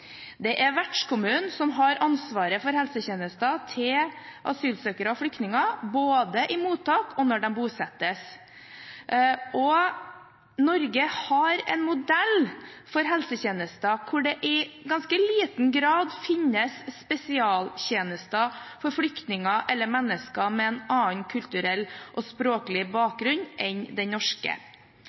Det er vertskommunen som har ansvaret for helsetjenester til asylsøkere og flyktninger, både i mottak og når de bosettes. Norge har en modell for helsetjenester hvor det i ganske liten grad finnes spesialtjenester for flyktninger eller mennesker med en annen kulturell og språklig bakgrunn enn den norske.